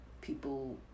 people